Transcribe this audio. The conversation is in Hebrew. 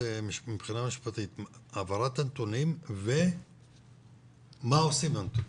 משפטית לגבי העברת הנתונים ומה עושים איתם.